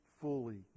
fully